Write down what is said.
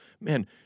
Man